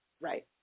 Right